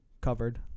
covered